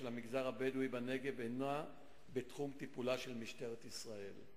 המגזר הבדואי בנגב אינם בתחום טיפולה של משטרת ישראל.